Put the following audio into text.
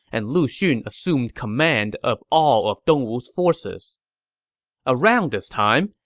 and lu xun assumed command of all of dongwu's forces around this time,